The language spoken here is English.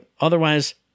otherwise